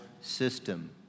system